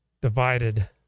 divided